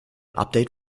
update